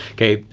okay,